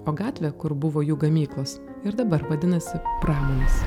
o gatvę kur buvo jų gamyklos ir dabar vadinasi pramonės